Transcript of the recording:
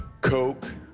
coke